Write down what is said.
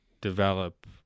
develop